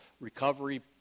recovery